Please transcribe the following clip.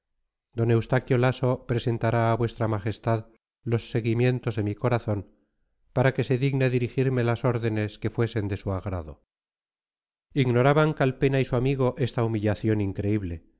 d eustaquio laso presentará a vuestra majestad los sentimientos de mi corazón para que se digne dirigirme las órdenes que fuesen de su agrado ignoraban calpena y su amigo esta humillación increíble